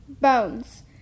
Bones